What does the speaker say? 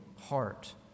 heart